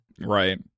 right